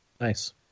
Nice